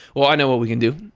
well i know what we can do.